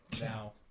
Now